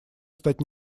стать